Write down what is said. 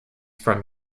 from